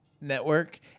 Network